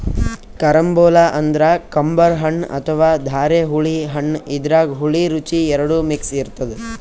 carambola ಅಂದ್ರ ಕಂಬರ್ ಹಣ್ಣ್ ಅಥವಾ ಧಾರೆಹುಳಿ ಹಣ್ಣ್ ಇದ್ರಾಗ್ ಹುಳಿ ರುಚಿ ಎರಡು ಮಿಕ್ಸ್ ಇರ್ತದ್